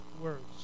words